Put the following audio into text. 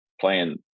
playing